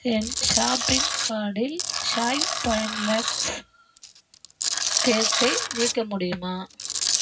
என் shopping கார்ட்டில் ஷாய் point Lux கேக்கை நீக்க முடியுமா